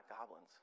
goblins